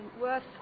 worth